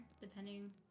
depending